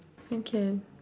okay